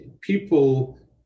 people